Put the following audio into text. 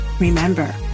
Remember